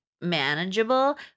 manageable